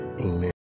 Amen